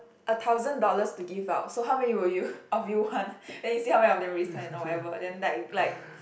a thousand dollars to give out so how many will you of you want then you see how many of them raise hand or whatever then like like